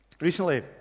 Recently